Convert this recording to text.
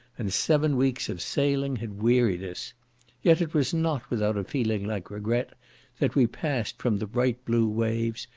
and seven weeks of sailing had wearied us yet it was not without a feeling like regret that we passed from the bright blue waves,